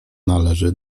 należy